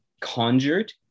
conjured